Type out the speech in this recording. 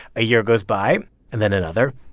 a year goes by and then another.